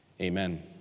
amen